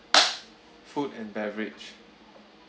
food and beverage